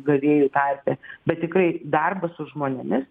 gavėjų tarpe bet tikrai darbas su žmonėmis